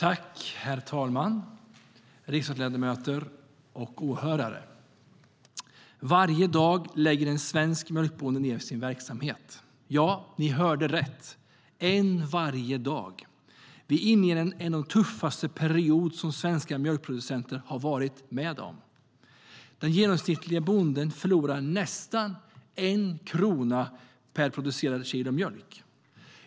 Herr talman! Riksdagsledamöter och åhörare! Varje dag lägger en svensk mjölkbonde ned sin verksamhet. Ja, ni hörde rätt, en varje dag! Vi är inne i en av de tuffaste perioder som Sveriges mjölkproducenter har varit med om. Den genomsnittlige bonden förlorar nästan 1 krona per producerat kilo mjölk.